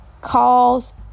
calls